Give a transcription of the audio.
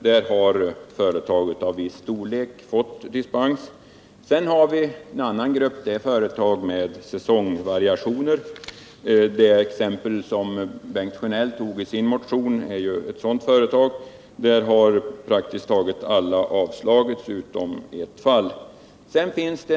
Här har företag av viss storlek fått dispens. Sedan har vi en annan grupp, nämligen företag med säsongvariationer. Det exempel som Bengt Sjönell nämner i sin motion är ett sådant företag. Beträffande dessa har alla dispensansökningar utom en avslagits.